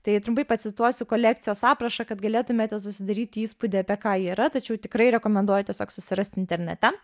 tai trumpai pacituosiu kolekcijos aprašą kad galėtumėte susidaryti įspūdį apie ką yra tačiau tikrai rekomenduoju tiesiog susirasti internete